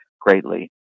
greatly